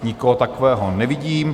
Nikoho takového nevidím.